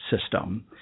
system